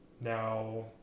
now